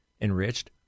enriched